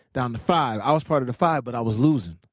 down to five. i was part of the five but i was losing.